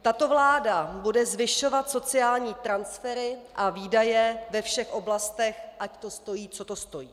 Tato vláda bude zvyšovat sociální transfery a výdaje ve všech oblastech, ať to stojí, co to stojí.